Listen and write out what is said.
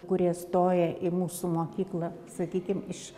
kurie stoja į mūsų mokyklą sakykim iš